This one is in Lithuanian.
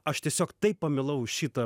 aš tiesiog taip pamilau šitą